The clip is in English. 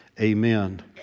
amen